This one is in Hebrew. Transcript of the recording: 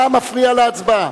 אתה מפריע להצבעה.